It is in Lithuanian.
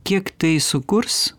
kiek tai sukurs